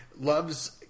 loves